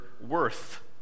worth